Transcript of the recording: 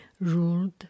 ruled